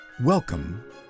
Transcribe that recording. Welcome